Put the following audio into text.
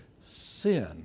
sin